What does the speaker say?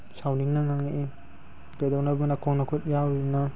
ꯁꯥꯎꯅꯤꯡꯅ ꯉꯥꯡꯉꯛꯏ ꯀꯩꯗꯧꯅꯕ ꯅꯈꯣꯡ ꯅꯈꯨꯠ ꯌꯥꯎꯔꯤꯅꯣ